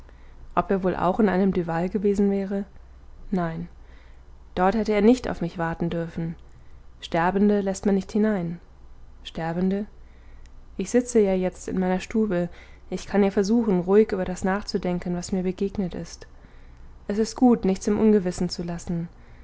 ob er wohl auch in einem duval gewesen wäre nein dort hätte er nicht auf mich warten dürfen sterbende läßt man nicht hinein sterbende ich sitze ja jetzt in meiner stube ich kann ja versuchen ruhig über das nachzudenken was mir begegnet ist es ist gut nichts im ungewissen zu lassen